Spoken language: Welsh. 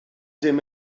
dim